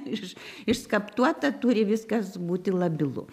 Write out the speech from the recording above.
iš išskaptuota turi viskas būti labilu